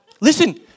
Listen